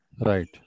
Right